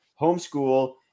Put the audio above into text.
Homeschool